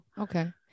Okay